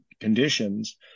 conditions